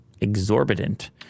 Exorbitant